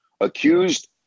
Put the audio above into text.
accused